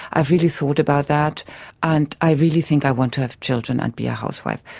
i've really thought about that and i really think i want to have children and be a housewife.